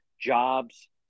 jobs